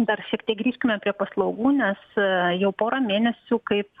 dar šiek tiek grįžkime prie paslaugų nes jau pora mėnesių kaip